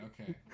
okay